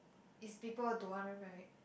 is people don't want one right